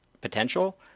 potential